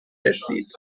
رسید